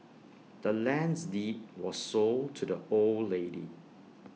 the land's deed was sold to the old lady